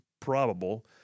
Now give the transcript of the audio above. probable